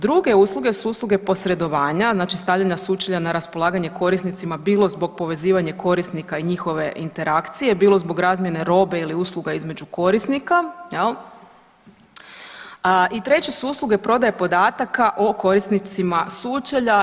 Druge usluge su usluge posredovanja, znači stavljanje sučelja na raspolaganje korisnicima bilo zbog povezivanja korisnika i njihove interakcije, bilo zbog razmjene robe ili usluga između korisnika, jel' i treće su usluge prodaje podataka o korisnicima sučelja.